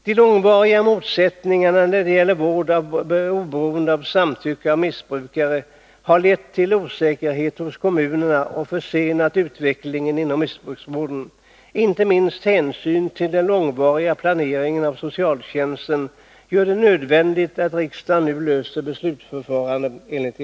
De långvariga motsättningarna när det gäller vård oberoende av samtycke av missbrukare har lett till osäkerhet hos kommunerna och försenat utvecklingen inom missbrukarvården. Inte minst hänsynen till den långsiktiga planeringen av socialtjänsten gör det nödvändigt att riksdagen nu löser frågan om beslutsförfarandet enligt LVM.